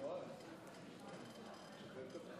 הקודם ששכחתי,